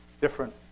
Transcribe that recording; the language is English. different